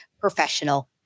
professional